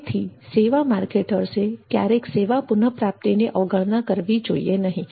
તેથી સેવા માર્કેટર્સે ક્યારેય સેવા પુનઃપ્રાપ્તિની અવગણના કરવી જોઈએ નહીં